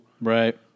right